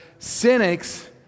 Cynics